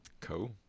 Cool